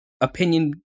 opinion